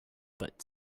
but